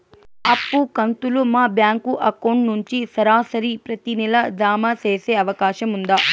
అప్పు కంతులు మా బ్యాంకు అకౌంట్ నుంచి సరాసరి ప్రతి నెల జామ సేసే అవకాశం ఉందా?